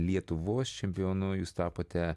lietuvos čempionu jūs tapote